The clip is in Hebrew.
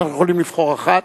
אנחנו יכולים לבחור אחת,